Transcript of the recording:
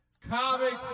Comics